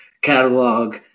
catalog